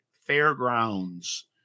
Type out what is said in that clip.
Fairgrounds